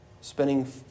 Spending